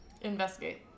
Investigate